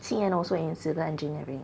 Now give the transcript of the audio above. sinyan also in civil engineering